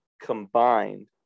combined